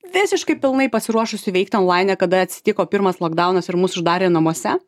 visiškai pilnai pasiruošusi veikti onlaine kada atsitiko pirmas lokdaunas ir mus uždarė namuose